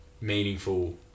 meaningful